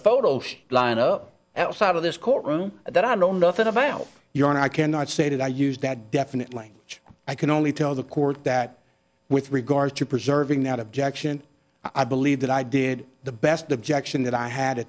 a photo lineup at sight of this courtroom that i know nothing about your and i cannot say that i used that definitely i can only tell the court that with regard to preserving that objection i believe that i did the best objection that i had